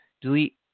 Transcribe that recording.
delete